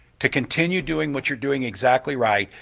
to continues doing what you're doing exactly right,